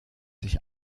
sich